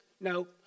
No